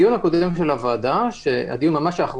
בדיון הקודם של הוועדה, האחרון,